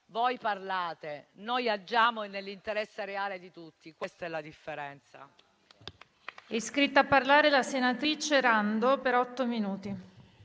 Voi parlate, noi agiamo nell'interesse reale di tutti: questa è la differenza.